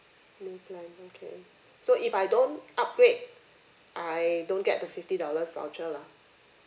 new plan okay so if I don't upgrade I don't get the fifty dollars voucher lah